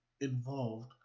involved